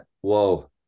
whoa